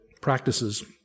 practices